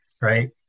right